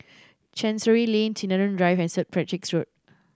Chancery Lane Sinaran Drive and Saint Patrick's Road